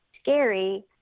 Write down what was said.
scary